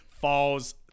falls